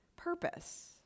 purpose